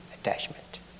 attachment